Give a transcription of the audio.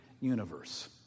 universe